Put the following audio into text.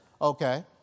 Okay